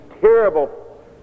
terrible